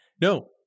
no